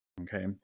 Okay